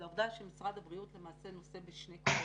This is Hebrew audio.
זה העובדה שמשרד הבריאות למעשה נושא בשני כובעים: